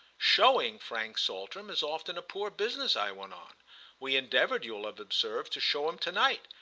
showing frank saltram is often a poor business, i went on we endeavoured, you'll have observed, to show him to-night!